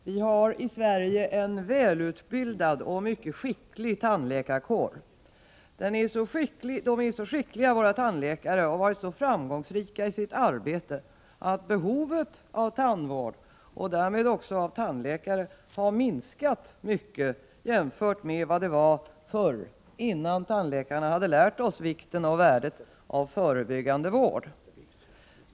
Herr talman! Vi har i Sverige en välutbildad och skicklig tandläkarkår. Våra tandläkare har varit så framgångsrika i sitt arbete att behovet av tandvård och därmed även av tandläkare har minskat jämfört med hur det var förr, innan tandläkarna lärt oss vikten och värdet av förebyggande vård.